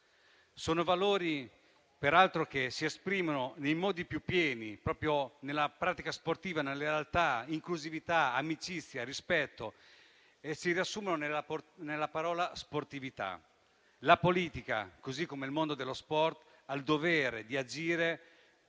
peraltro che si esprimono nei modi più pieni proprio nella pratica sportiva (lealtà, inclusività, amicizia e rispetto) e che si riassumono nella parola sportività. La politica, come il mondo dello sport, ha il dovere di agire